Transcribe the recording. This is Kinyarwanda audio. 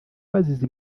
bazize